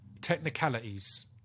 technicalities